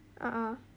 a'ah